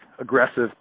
aggressive